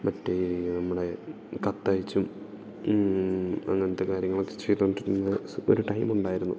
മറ്റേ നമ്മുടെ കത്തയച്ചും അങ്ങനത്തെ കാര്യങ്ങളൊക്കെ ചെയ്തോണ്ടിരുന്ന സ് ഒരു ടൈമുണ്ടായിരുന്നു